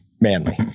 manly